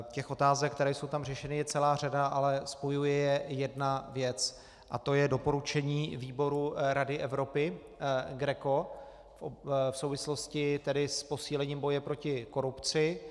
Těch otázek, které jsou tam řešeny, je celá řada, ale spojuje je jedna věc a to je doporučení výboru Rady Evropy GRECO v souvislosti s posílením boje proti korupci.